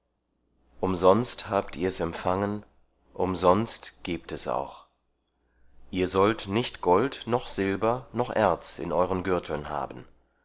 umsonst habt ihr's empfangen umsonst gebt es auch ihr sollt nicht gold noch silber noch erz in euren gürteln haben